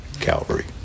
Calvary